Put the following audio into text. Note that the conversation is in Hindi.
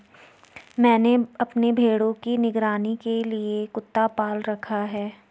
मैंने अपने भेड़ों की निगरानी के लिए कुत्ता पाल रखा है